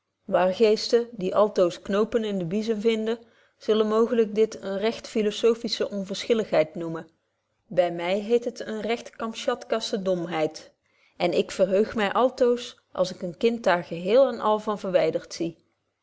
wargeesten die altoos knopen in de biezen vinden zullen mogelyk dit eene recht philosophische onverschilligheid noemen by my hiet het eene recht kamschatkasche domheid en ik verheug my altoos als ik een kind daar geheel en al van verwyderd zie